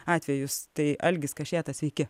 atvejus tai algis kašėta sveiki